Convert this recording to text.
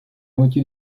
moitié